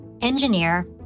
engineer